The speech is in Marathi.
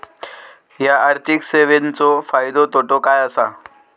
हया आर्थिक सेवेंचो फायदो तोटो काय आसा?